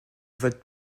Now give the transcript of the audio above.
votes